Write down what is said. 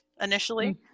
initially